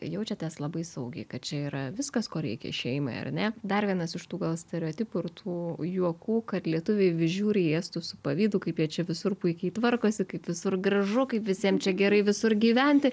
jaučiatės labai saugiai kad čia yra viskas ko reikia šeimai ar ne dar vienas iš tų gal stereotipų ir tų juokų kad lietuviai vis žiūri į estus su pavydu kaip jie čia visur puikiai tvarkosi kaip visur gražu kaip visiem čia gerai visur gyventi